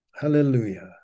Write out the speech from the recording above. Hallelujah